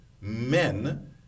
men